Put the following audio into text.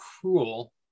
cruel